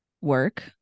work